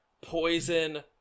poison